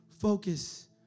focus